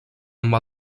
amb